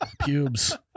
Pubes